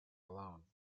alone